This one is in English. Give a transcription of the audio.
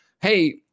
hey